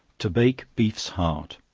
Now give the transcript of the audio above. to bake beef's heart.